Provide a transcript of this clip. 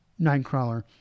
Nightcrawler